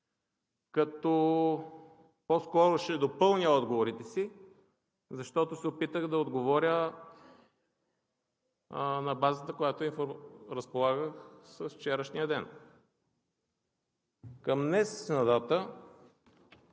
като по-скоро ще допълня отговорите си, защото се опитах да отговоря на базата, с която разполагах вчерашния ден. Към днешна дата